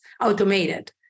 automated